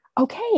Okay